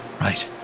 right